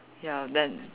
ya then